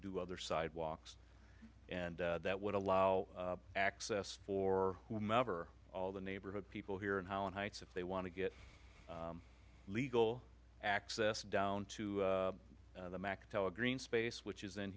do other sidewalks and that would allow access for whomever all the neighborhood people here in holland heights if they want to get legal access down to the mactel a green space which is in